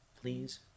please